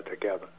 together